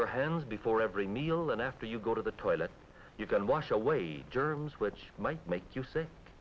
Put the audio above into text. your hands before every meal and after you go to the toilet you can wash away germs which might make you sick